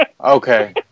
Okay